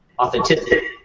authenticity